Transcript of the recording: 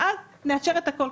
ואז נאשר את הכול,